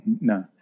No